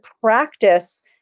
practice